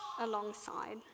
alongside